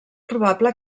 probable